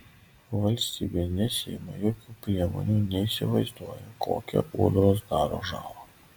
valstybė nesiima jokių priemonių neįsivaizduoja kokią ūdros daro žalą